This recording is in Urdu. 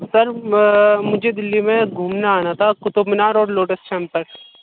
سر مجھے دلی میں گھومنے آنا تھا قطب مینار اور لوٹس ٹیمپل